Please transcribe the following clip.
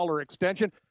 extension